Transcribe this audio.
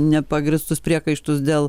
nepagrįstus priekaištus dėl